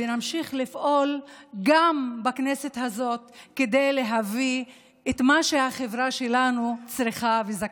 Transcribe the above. ונמשיך לפעול גם בכנסת הזאת כדי להביא את מה שהחברה שלנו צריכה וזכאית.